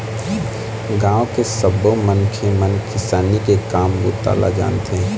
गाँव के सब्बो मनखे मन किसानी के काम बूता ल जानथे